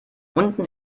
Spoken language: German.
unten